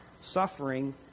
Suffering